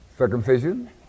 Circumcision